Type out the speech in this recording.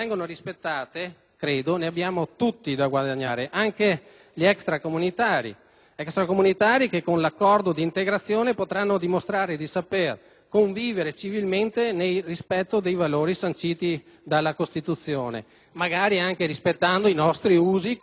extracomunitari che con l'accordo di integrazione potranno dimostrare di saper convivere civilmente nel rispetto dei valori sanciti dalla Costituzione, magari anche rispettando i nostri usi, costumi e tradizioni. Credo che questa sia la strada giusta.